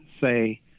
say